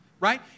right